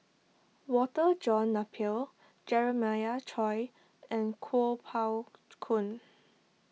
Walter John Napier Jeremiah Choy and Kuo Pao Kun